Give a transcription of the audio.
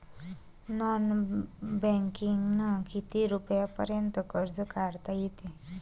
Non बँकिंगनं किती रुपयापर्यंत कर्ज काढता येते?